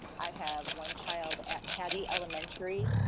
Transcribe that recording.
i have one child at pattie elementary,